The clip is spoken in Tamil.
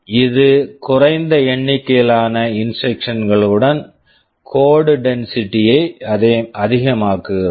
இது குறைந்த எண்ணிக்கையிலான இன்ஸ்ட்ரக்க்ஷன்ஸ் instruction களுடன் கோட் டென்சிட்டி code density யை அதிகமாக்குகிறது